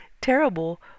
terrible